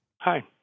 Hi